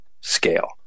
scale